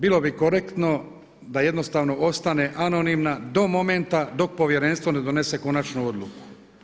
Bilo bi korektno da jednostavno ostane anonimna do momenta dok povjerenstvo ne donese konačnu odluku.